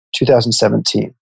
2017